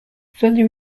fully